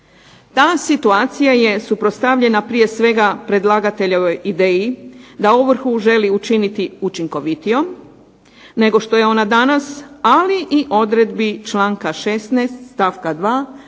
Ta situacija je suprotstavljena prije svega predlagateljevoj ideji da ovrhu želi učiniti učinkovitijom nego što je ona danas, ali i odredbi članka 16. stavka 2.